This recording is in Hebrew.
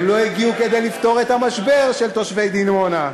הם לא הגיעו כדי לפתור את המשבר של תושבי דימונה,